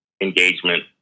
engagement